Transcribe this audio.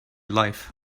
life